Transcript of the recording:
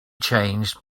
changed